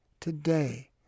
today